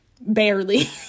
barely